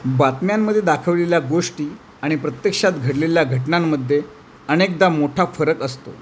बातम्यांमध्ये दाखवलेल्या गोष्टी आणि प्रत्यक्षात घडलेल्या घटनांमध्ये अनेकदा मोठा फरक असतो